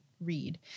read